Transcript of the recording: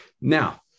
now